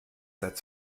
seit